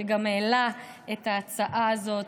שגם העלה את ההצעה הזאת,